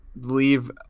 leave